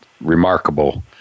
remarkable